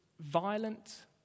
violent